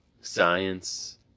science